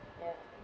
ya